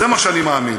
בזה אני מאמין.